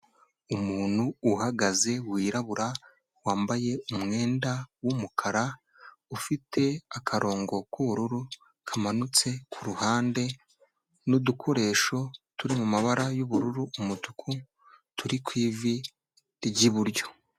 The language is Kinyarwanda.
Umuntu uhagaze wirabura, wambaye umwenda w'umukara, ufite akarongo k'ubururu kamanutse ku ruhande, n'udukoresho turi mu mabara y'ubururu umutuku, turi ku ivi, ry'iburyo.